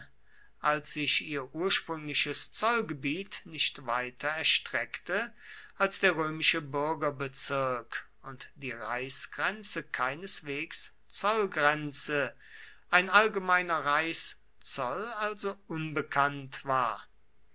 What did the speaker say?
als sich ihr ursprüngliches zollgebiet nicht weiter erstreckte als der römische bürgerbezirk und die reichsgrenze keineswegs zollgrenze ein allgemeiner reichszoll also unbekannt war